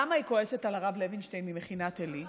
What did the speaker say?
למה היא כועסת על הרב לוינשטיין ממכינת עלי?